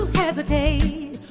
hesitate